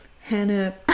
Hannah